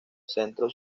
centro